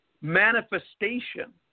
Manifestation